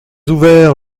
ouvert